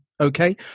okay